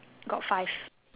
got five